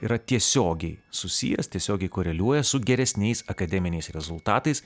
yra tiesiogiai susijęs tiesiogiai koreliuoja su geresniais akademiniais rezultatais